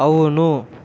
అవును